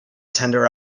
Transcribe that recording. tender